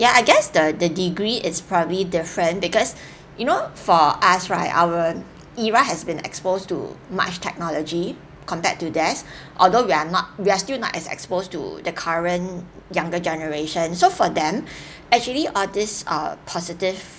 yeah I guess the the degree is probably different because you know for us right our era has been exposed to much technology compared to theirs although we are not we are still not as exposed to the current younger generation so for them actually all this are positive